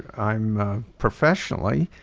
i'm professionally